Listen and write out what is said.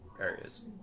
areas